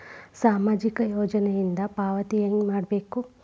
ಸಾಮಾಜಿಕ ಯೋಜನಿಯಿಂದ ಪಾವತಿ ಹೆಂಗ್ ಪಡಿಬೇಕು?